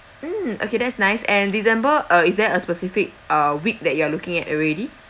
mm okay that's nice and december uh is there a specific uh week that you are looking at already